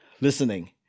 listening